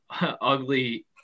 ugly